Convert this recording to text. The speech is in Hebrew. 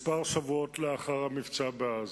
כמה שבועות לאחר המבצע בעזה.